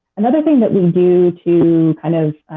another thing that we do to kind of